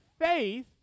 faith